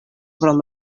krom